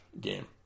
game